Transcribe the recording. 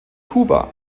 kuba